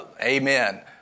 amen